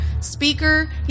speaker